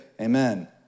amen